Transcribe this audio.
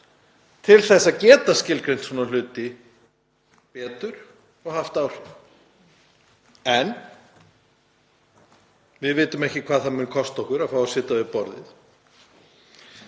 til þess að geta skilgreint svona hluti betur og haft áhrif. En við vitum ekki hvað það mun kosta okkur að fá að sitja við borðið.